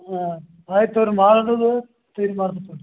ಹಾಂ ಆಯ್ತು ತಗೋ ರೀ ಮಾಡುದ ಅದು ತಿಯರಿ ಮಾಡ್ಬೇಕನ್